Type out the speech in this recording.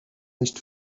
nicht